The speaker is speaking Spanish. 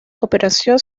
cooperación